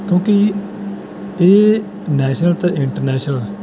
ਕਿਉਂਕਿ ਇਹ ਨੈਸ਼ਨਲ ਅਤੇ ਇੰਟਰਨੈਸ਼ਨਲ